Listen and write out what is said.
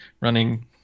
running